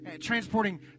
transporting